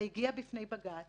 זה הגיע בפני בג"צ